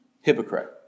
hypocrite